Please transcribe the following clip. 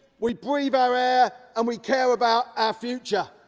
we breathe our air and we care about our future.